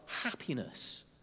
happiness